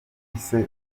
bise